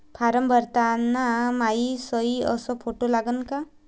Form भरताना मायी सयी अस फोटो लागन का?